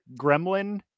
gremlin